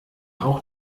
auch